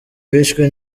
bishwe